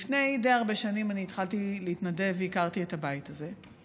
לפני די הרבה שנים אני התחלתי להתנדב והכרתי את הבית הזה.